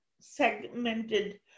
segmented